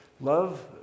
love